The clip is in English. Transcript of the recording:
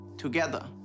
Together